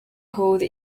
code